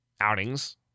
outings